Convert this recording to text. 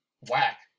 whack